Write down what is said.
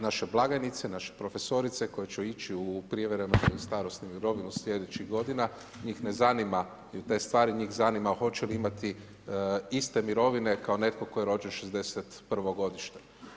Naše blagajnice, naše profesorice koje će ići u privremenu starosnu mirovinu sljedećih godina njih ne zanimaju te stvari, njih zanima hoće li imati iste mirovine kao netko tko je rođen '61. godište.